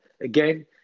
again